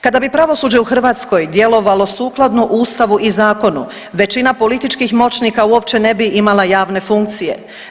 Kada bi pravosuđe u Hrvatskoj djelovalo sukladno ustavu i zakonu većina političkih moćnika uopće ne bi imala javne funkcije.